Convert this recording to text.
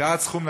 שעד סכום,